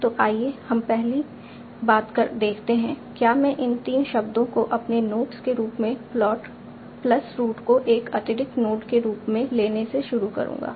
तो आइए हम पहली बात देखते हैं क्या मैं इन 3 शब्दों को अपने नोड्स के रूप में प्लस रूट को एक अतिरिक्त नोड के रूप में लेने से शुरू करूंगा